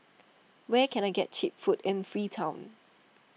where can I get Cheap Food in Freetown